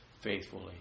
faithfully